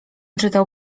czytał